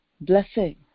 blessing